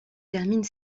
termine